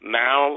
now